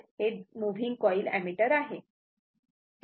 तर हे इथे मूव्हिन्ग कॉइल ऍमीटर आहे